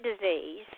disease